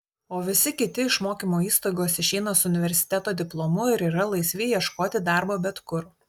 o visi kiti iš mokymo įstaigos išeina su universiteto diplomu ir yra laisvi ieškoti darbo bet kur